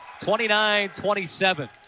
29-27